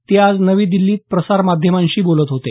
ते आज नवी दिल्लीत प्रसारमाध्यमांशी बोलत होते